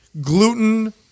gluten